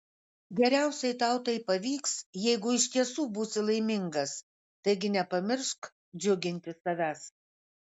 geriausiai tau tai pavyks jeigu iš tiesų būsi laimingas taigi nepamiršk džiuginti savęs